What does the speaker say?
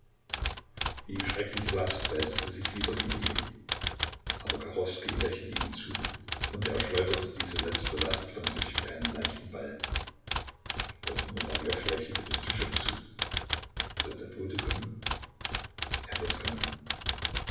die schreckliche last wälzte sich wieder über ihn aber kachowskij lächelte ihm zu und er schleuderte diese letzte last von sich wie einen leichten ball auch murawjow lächelte bestuschew zu wird der bote kommen er wird kommen